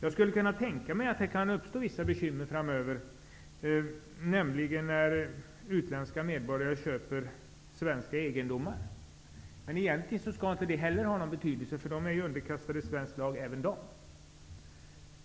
Jag skulle kunna tänka mig att det kan uppstå vissa bekymmer framöver, nämligen när utländska medborgare köper svenska egendomar. Det skall egentligen inte heller ha någon betydelse, då även de är underkastade svensk lag.